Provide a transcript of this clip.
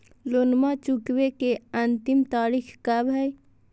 लोनमा चुकबे के अंतिम तारीख कब हय?